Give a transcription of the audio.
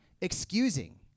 excusing